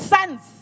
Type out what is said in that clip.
Sons